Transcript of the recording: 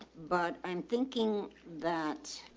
but i'm thinking that